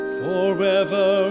forever